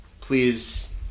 please